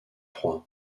froid